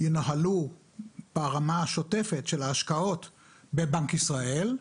ינוהלו ברמה השוטפת של ההשקעות בבנק ישראל,